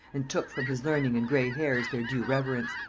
and took from his learning and gray hairs their due reverence.